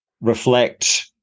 reflect